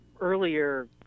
earlier